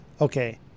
Okay